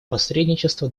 посредничество